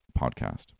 podcast